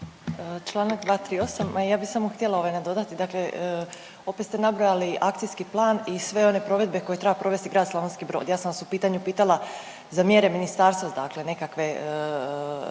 Čl. 238, ja bih samo htjela ovaj, nadodati, dakle opet ste nabrojali akcijski plan i sve one provedbe koje treba provesti grad Slavonski Brod. Ja sam vas u pitanju pitala za mjere ministarstva, dakle nekakve